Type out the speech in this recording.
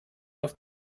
auf